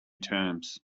terms